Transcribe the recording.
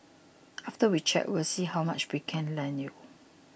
after we check we'll see how much we can lend you